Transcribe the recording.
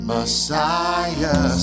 Messiah